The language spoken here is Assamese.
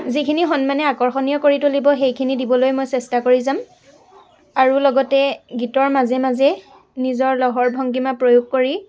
যিখিনি সন্মানে আকৰ্ষণীয় কৰি তুলিব সেইখিনি দিবলৈ মই চেষ্টা কৰি যাম আৰু লগতে গীতৰ মাজে মাজে নিজৰ লহৰ ভংগীমা প্ৰয়োগ কৰি